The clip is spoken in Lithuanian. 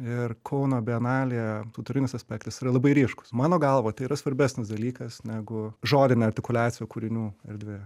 ir kauno bienalėje autorinis aspektas yra labai ryškūs mano galva tai yra svarbesnis dalykas negu žodinė artikuliacija kūrinių erdvėj